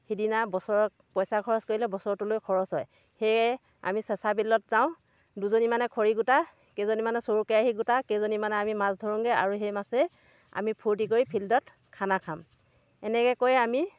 সিদিনা বছৰত পইচা খৰছ কৰিলে বছৰটোলৈ খৰছ হয় সেয়ে আমি চেঁচা বিলত যাওঁ দুজনী মানে খৰি গোটাই কেইজনী মানে চৰু কেৰাহী গোটাই কেইজনী মানে আমি মাছ ধৰোঁগে আৰু সেই মাছেই আমি ফূৰ্তি কৰি ফিল্ডত খানা খাম এনেকে কৈ আমি